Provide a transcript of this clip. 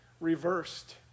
reversed